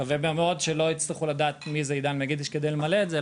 מקווה מאוד שלא יצטרכו לדעת מי זה עידן מגידיש כדי למלא את זה,